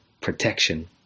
protection